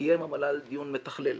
קיים המל"ל דיון מתכלל.